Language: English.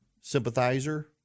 sympathizer